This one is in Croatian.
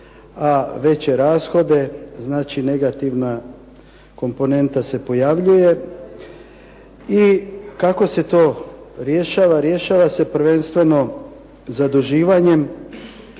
a veće rashode, znači negativna komponenta se pojavljuje. I kako se to rješava? Rješava se prvenstveno zaduživanjem.